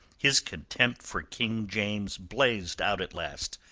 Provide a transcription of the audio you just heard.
his contempt for king james blazed out at last.